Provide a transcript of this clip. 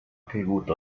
caigut